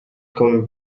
coming